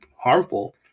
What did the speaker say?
harmful